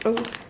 oh